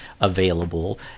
available